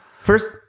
First